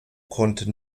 konnte